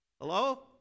hello